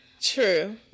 True